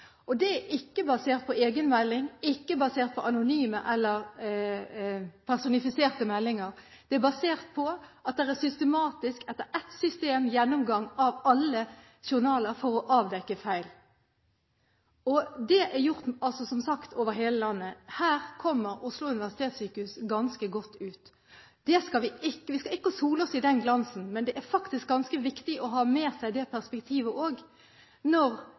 landet. Disse er ikke basert på egenmelding, ikke basert på anonyme eller personifiserte meldinger, de er basert på en systematisk gjennomgang av alle journaler for å avdekke feil. Det er som sagt gjort over hele landet. Her kommer Oslo universitetssykehus ganske godt ut. Vi skal ikke sole oss i den glansen, men det er faktisk ganske viktig å ha med seg det perspektivet også når